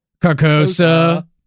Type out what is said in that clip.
Carcosa